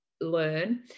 learn